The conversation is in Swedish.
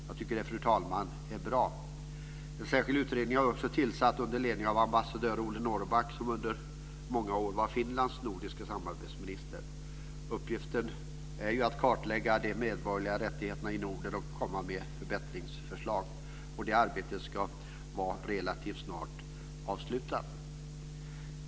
Det tycker jag, fru talman, är bra. En särskild utredning har också tillsatts under ledning av ambassadör Olle Norrback, som under många år var Finlands nordiske samarbetsminister. Uppgiften är att kartlägga de medborgerliga rättigheterna i Norden och komma med ett förbättringsförslag. Det arbetet ska relativt snart vara avslutat.